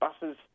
buses